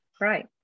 Right